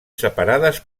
separades